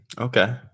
Okay